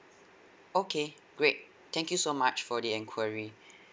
okay great thank you so much for the enquiry